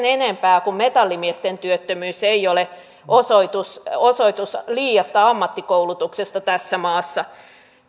enempää kuin metallimiesten työttömyys osoitus osoitus liiasta ammattikoulutuksesta tässä maassa